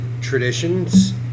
traditions